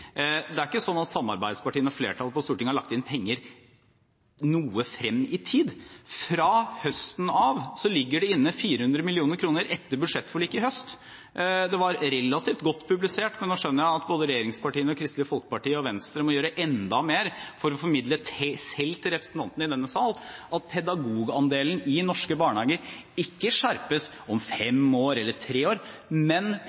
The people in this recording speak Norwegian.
Det er ikke sånn at samarbeidspartiene og flertallet på Stortinget har lagt inn penger noe frem i tid. Fra høsten av ligger det inne 400 mill. kr etter budsjettforliket i høst. Det var relativt godt publisert, men nå skjønner jeg at både regjeringspartiene, Kristelig Folkeparti og Venstre må gjøre enda mer for å formidle selv til representantene i denne sal at pedagogandelen i norske barnehager ikke skjerpes om fem år eller tre år, men